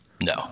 No